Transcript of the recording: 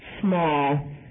small